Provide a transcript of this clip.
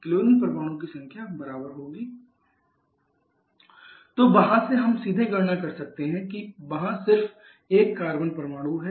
chlorine परमाणुओं की संख्या बराबर होगी Cl 2 x1 2 - y − 1 − z तो वहाँ से हम सीधे गणना कर सकते हैं कि वहाँ सिर्फ एक कार्बन परमाणु है